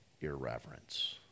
irreverence